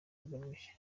bugamije